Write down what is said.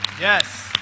Yes